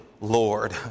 Lord